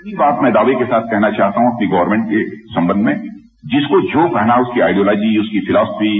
इतनी बात में दावे के साथ कहना चाहता हूं कि गवर्मेट के संबंध में जिसको जो कहना है उसकी आइडियोलॉजी उसकी फिलोसफी